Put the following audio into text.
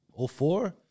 04